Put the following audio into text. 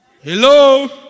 Hello